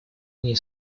они